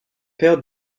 père